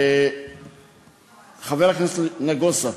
חבר הכנסת נגוסה,